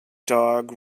dog